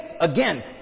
Again